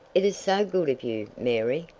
it is so good of you, mary!